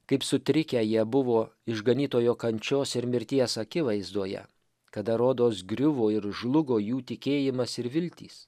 kaip sutrikę jie buvo išganytojo kančios ir mirties akivaizdoje kada rodos griuvo ir žlugo jų tikėjimas ir viltys